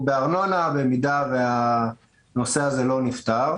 בארנונה במידה והדבר הזה לא מוסדר.